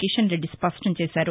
కిషన్రెడ్ది స్పష్టంచేశారు